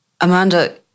Amanda